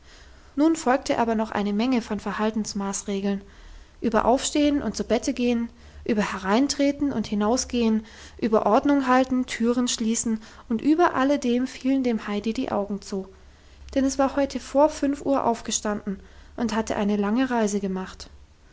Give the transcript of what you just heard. nun folgte aber noch eine menge von verhaltungsmaßregeln über aufstehen und zubettegehen über hereintreten und hinausgehen über ordnunghalten türenschließen und über alledem fielen dem heidi die augen zu denn es war heute vor fünf uhr aufgestanden und hatte eine lange reise gemacht